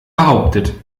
behauptet